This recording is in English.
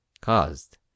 caused